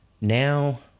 now